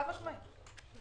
חד-משמעית.